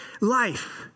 life